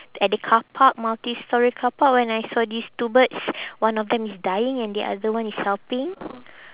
at the carpark multi-storey carpark when I saw these two birds one of them is dying and the other one is helping